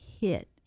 hit